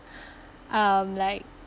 um like